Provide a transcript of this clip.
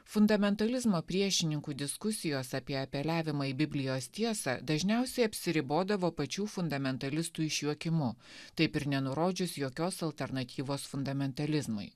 fundamentalizmo priešininkų diskusijos apie apeliavimą į biblijos tiesą dažniausiai apsiribodavo pačių fundamentalistų išjuokimu taip ir nenurodžius jokios alternatyvos fundamentalizmui